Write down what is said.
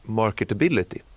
marketability